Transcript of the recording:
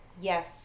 Yes